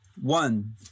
One